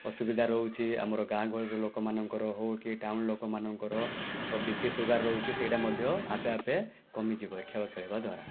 ଅସୁବିଧା ରହୁଛି ଆମ ଗାଁ ଗହଳିର ଲୋକମାନଙ୍କର ହେଉ କି ଟାଉନ୍ ଲୋକମାନଙ୍କର ବି ପି ସୁଗାର ରହୁଛି ସେଇଟା ମଧ୍ୟ ଆପେ ଆପେ କମିଯିବ ଏ ଖେଳ ଖେଳିବା ଦ୍ୱାରା